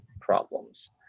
problems